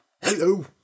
Hello